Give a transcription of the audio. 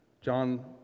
John